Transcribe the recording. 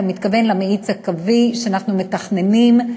אתה מתכוון למאיץ הקווי שאנחנו מתכננים,